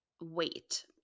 wait